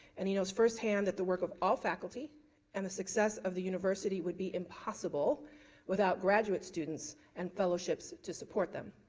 and he knows firsthand of the work of all faculty and the success of the university would be impossible without graduate students and fellowships to support them.